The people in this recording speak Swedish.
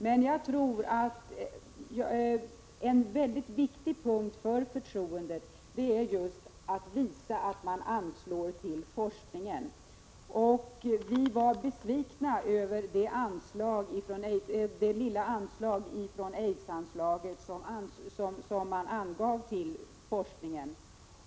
Men en viktig och förtroendeskapande åtgärd är att anslå pengar till forskning. Vi var besvikna över det lilla belopp från aidsanslaget som avsattes till forskning.